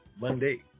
Monday